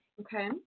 okay